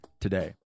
today